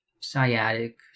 Sciatic